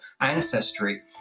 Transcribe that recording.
ancestry